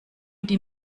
die